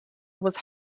was